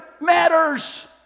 matters